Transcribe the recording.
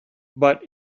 but